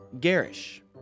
Garish